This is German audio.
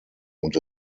und